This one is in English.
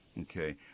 Okay